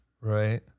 Right